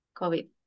COVID